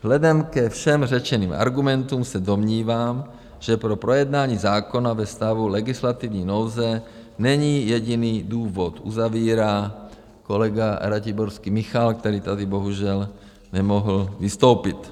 Vzhledem ke všem řečeným argumentům se domnívám, že pro projednání zákona ve stavu legislativní nouze není jediný důvod, uzavírá kolega Ratiborský Michal, který tady bohužel nemohl vystoupit.